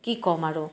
কি ক'ম আৰু